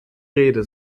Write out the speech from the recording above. rede